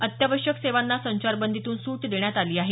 अत्यावश्यक सेवांना संचारबंदीतून सूट देण्यात आली आहे